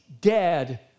dead